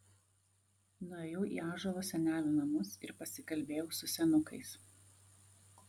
nuėjau į ąžuolo senelių namus ir pasikalbėjau su senukais